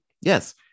yes